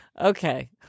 Okay